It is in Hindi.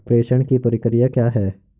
प्रेषण की प्रक्रिया क्या है?